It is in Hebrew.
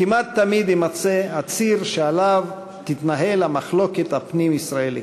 כמעט תמיד יימצא הציר שעליו תתנהל המחלוקת הפנים-ישראלית.